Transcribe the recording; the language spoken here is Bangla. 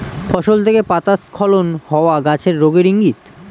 ফসল থেকে পাতা স্খলন হওয়া গাছের রোগের ইংগিত